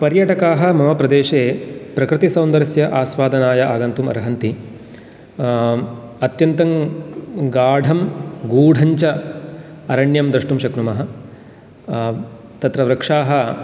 पर्यटकाः मम प्रदेशे प्रकृतिसौन्दर्यस्य आस्वादनाय आगन्तुम् अर्हन्ति अत्यन्तं गाढं गूढञ्च अरण्यं द्रष्टुं शक्नुमः तत्र वृक्षाः